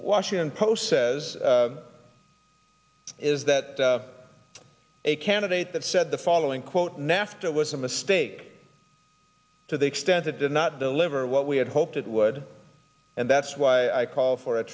washington post says is that a candidate that said the following quote nafta was a mistake to the extent it did not deliver what we had hoped it would and that's why i call for a